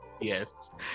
Yes